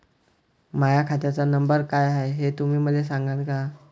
माह्या खात्याचा नंबर काय हाय हे तुम्ही मले सागांन का?